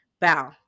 bow